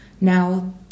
now